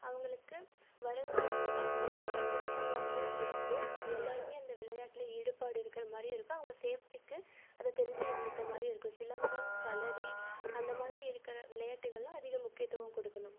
அவங்களுக்கு வருங்காலத்தில் ஒன்றை கற்றுக்கிட்ட மாதிரியும் இருக்கும் எல்லோருமே அந்த விளையாட்டில் ஈடுபாடு இருக்கிற மாதிரியும் இருக்கும் அவங்க சேஃப்ட்டிக்கு அதை தெரிஞ்சு வச்சுக்கிட்ட மாதிரியும் இருக்கும் சிலம்பம் களரி அந்தமாதிரி இருக்கிற விளையாட்டுகளில் அதிகம் முக்கியத்துவம் கொடுக்கணும்